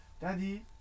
daddy